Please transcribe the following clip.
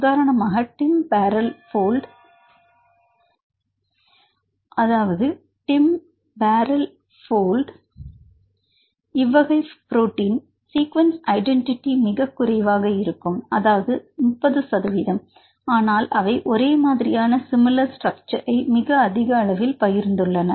உதாரணமாக TIM barrel fold இவ்வகை protein sequence identity மிகக்குறைவாகவும் அதாவது 30 ஆனால் அவை ஒரே மாதிரியான சிமிளர் ஸ்டிரக்சரஸ்ஐ மிக அதிகமான அளவில் பகிர்ந்துள்ளனர்